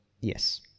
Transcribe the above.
Yes